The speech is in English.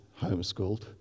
homeschooled